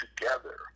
together